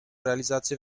realizacji